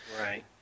Right